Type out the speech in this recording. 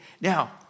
Now